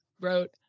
wrote